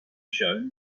shown